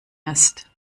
ist